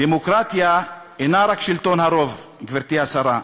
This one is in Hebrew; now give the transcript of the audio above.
דמוקרטיה אינה רק שלטון הרוב, גברתי השרה.